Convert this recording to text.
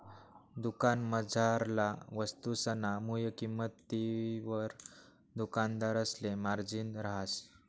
दुकानमझारला वस्तुसना मुय किंमतवर दुकानदारसले मार्जिन रहास